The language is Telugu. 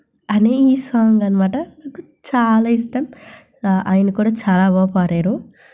అనే ఈ సాంగ్ అన్నమాట నాకు చాలా ఇష్టం ఆయన కూడా చాలా బాగా పాడాడు